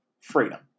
freedom